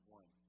one